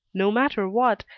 no matter what,